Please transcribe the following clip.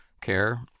care